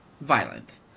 violent